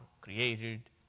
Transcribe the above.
created